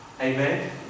Amen